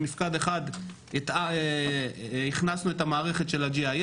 במפקד אחד הכנסנו את המערכת של ה-GIS,